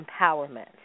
empowerment